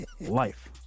life